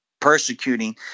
persecuting